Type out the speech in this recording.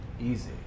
easy